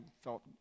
felt